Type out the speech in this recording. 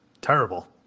Terrible